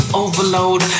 overload